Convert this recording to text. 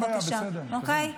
בבקשה, אין בעיה.